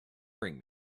bring